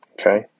Okay